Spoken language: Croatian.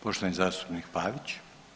Poštovani zastupnik Pavić.